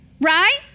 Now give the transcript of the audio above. Right